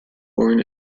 born